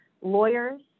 lawyers